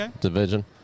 division